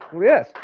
yes